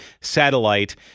satellite